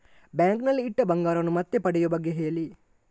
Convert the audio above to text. bank ನಲ್ಲಿ ಇಟ್ಟ ಬಂಗಾರವನ್ನು ಮತ್ತೆ ಪಡೆಯುವ ಬಗ್ಗೆ ಹೇಳಿ